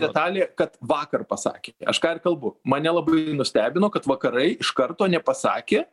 detalė kad vakar pasakė aš ką ir kalbu mane labai nustebino kad vakarai iš karto nepasakė